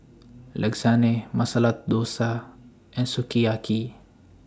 Lasagne Masala Dosa and Sukiyaki